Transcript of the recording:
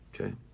Okay